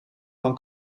van